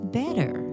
better